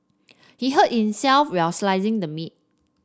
he hurt himself while slicing the meat